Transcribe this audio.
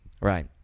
Right